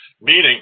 meaning